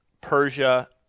Persia